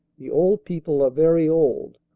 the old people are very old,